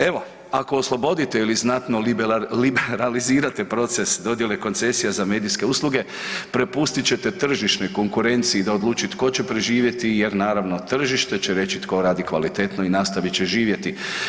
Evo ako oslobodite ili znatno liberalizirate proces dodjele koncesija za medijske usluge prepustit ćete tržišnoj konkurenciji da odluči tko će preživjeti jer naravno tržište će reći tko radi kvalitetno i nastavit će živjeti.